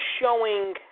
showing